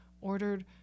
ordered